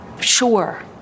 sure